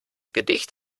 gedicht